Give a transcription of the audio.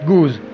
Goose